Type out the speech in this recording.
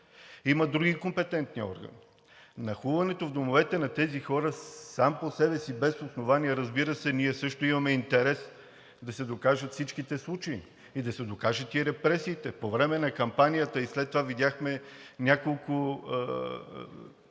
има други компетентни органи. Нахлуването в домовете на тези хора само по себе си без основание, разбира се, ние също имаме интерес да се докажат всичките случаи и да се докажат и репресиите по време на кампанията, и след това видяхме няколко